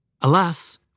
Alas